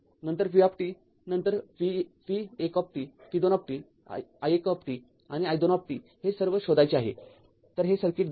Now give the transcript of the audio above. नंतर v नंतर v१ v२ i१आणि i२हे सर्व शोधायचे आहे तर हे सर्किट दिले आहे